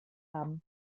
haben